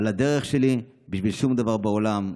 על הדרך שלי בשביל שום דבר בעולם".